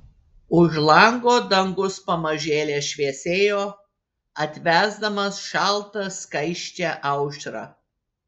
už lango dangus pamažėle šviesėjo atvesdamas šaltą skaisčią aušrą